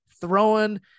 throwing